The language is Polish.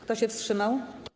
Kto się wstrzymał?